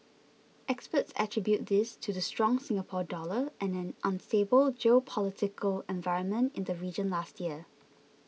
experts attribute this to the strong Singapore Dollar and an unstable geopolitical environment in the region last year